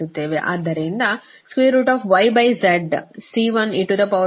ಆದ್ದರಿಂದ yz C1eγx C2e γx ಆಗಿದೆ